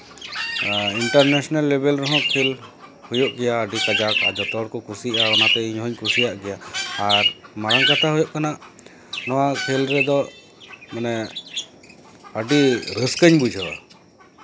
international ᱞᱮᱹᱵᱮᱹᱞ ᱨᱮᱦᱚᱸ ᱠᱷᱮᱞ ᱦᱩᱭᱩᱜ ᱜᱮᱭᱟ ᱟᱹᱰᱤ ᱠᱟᱡᱟᱠ ᱡᱚᱛᱚ ᱦᱚᱲ ᱠᱚ ᱠᱩᱥᱤᱭᱟᱜᱼᱟ ᱚᱱᱟ ᱛᱮ ᱤᱧ ᱦᱚᱧ ᱠᱩᱥᱤᱭᱟᱜ ᱜᱮᱭᱟ ᱟᱨ ᱢᱟᱨᱟᱝ ᱠᱟᱛᱷᱟ ᱦᱩᱭᱩᱜ ᱠᱟᱱᱟ ᱱᱚᱣᱟ ᱠᱷᱮᱞ ᱨᱮᱫᱚ ᱢᱟᱱᱮ ᱟᱹᱰᱤ ᱨᱟᱹᱥᱠᱟᱹᱧ ᱵᱩᱡᱷᱟᱹᱣᱟ